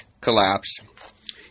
collapsed